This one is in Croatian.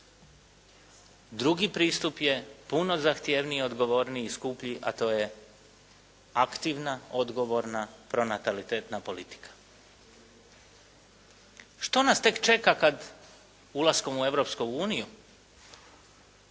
Drugi pristup je puno zahtjevniji, odgovorniji i skuplji, a to je aktivna, odgovorna pronatalitetna politika. Što nas tek čeka kad, ulaskom u Europsku uniju